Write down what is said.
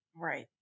right